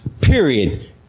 period